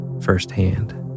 firsthand